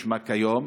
כשמה כיום.